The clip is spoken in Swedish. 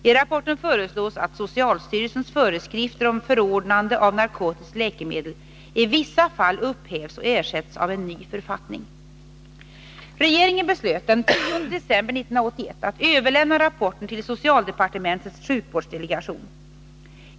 I rapporten föreslås att socialstyrelsens 105 Regeringen beslöt den 10 december 1981 att överlämna rapporten till socialdepartementets sjukvårdsdelegation.